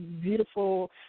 beautiful